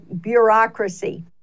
bureaucracy